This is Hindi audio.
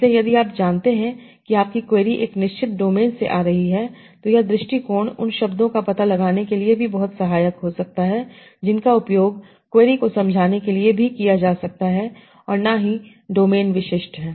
इसलिए यदि आप जानते हैं कि आपकी क्वेरी एक निश्चित डोमेन से आ रही है तो यह दृष्टिकोण उन शब्दों का पता लगाने के लिए भी बहुत सहायक हो सकता है जिनका उपयोग क्वेरी को समझाने के लिए भी किया जा सकता है और ना ही डोमेन विशिष्ट है